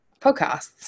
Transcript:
podcasts